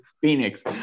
phoenix